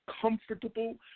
comfortable